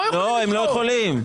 לא, הם לא יכולים.